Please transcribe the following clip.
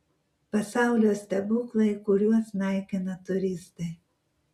pasaulio stebuklai kuriuos naikina turistai